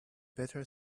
better